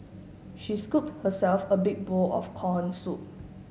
she scooped herself a big bowl of corn soup